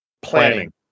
Planning